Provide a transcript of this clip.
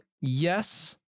yes